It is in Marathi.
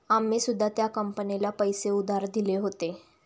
आम्ही सुद्धा त्या कंपनीला पैसे उधार दिले होते